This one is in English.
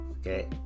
okay